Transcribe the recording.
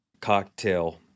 cocktail